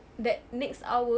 that next hour